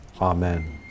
Amen